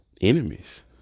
enemies